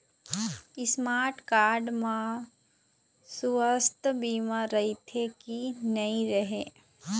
Smart card म सुवास्थ बीमा रथे की नई रहे?